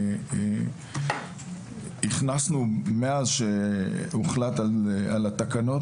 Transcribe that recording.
הכנסנו מאז שהוחלט על התקנות,